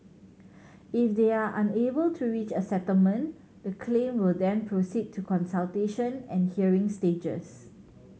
if they are unable to reach a settlement the claim will then proceed to consultation and hearing stages